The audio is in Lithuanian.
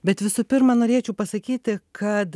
bet visų pirma norėčiau pasakyti kad